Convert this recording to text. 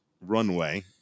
runway